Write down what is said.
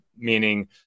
meaning